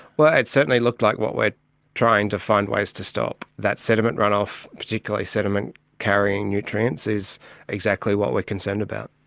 it certainly looked like what we're trying to find ways to stop. that sediment run off, particularly sediment carrying nutrients, is exactly what we're concerned about.